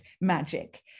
magic